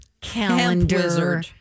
calendar